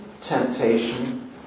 temptation